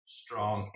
strong